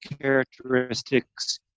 characteristics